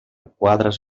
quadres